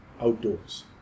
outdoors